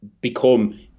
become